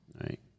Right